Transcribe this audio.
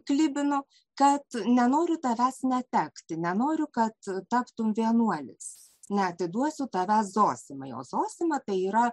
klibinu kad nenoriu tavęs netekti nenoriu kad taptum vienuolis neatiduosiu tavęs zosimai o zosima tai yra